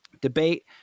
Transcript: debate